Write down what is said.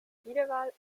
wiederwahl